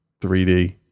3D